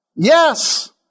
Yes